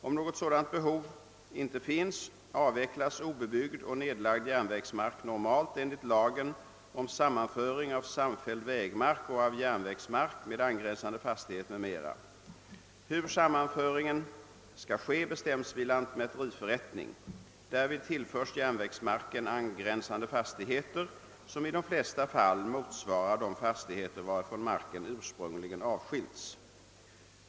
Om något sådant behov inte finns, avvecklas obebyggd och nedlagd järnvägsmark normalt enligt lagen om sammanföring av samfälld vägmark och av järnvägsmark med angränsande fastighet m.m. Hur sammanföringen skall ske bestäms vid lantmäteriförrättning. Därvid tillförs järnvägsmarken angränsande fastigheter, som i de flesta fall motsvarar de fastigheter varifrån marken ursprungligen avskilts.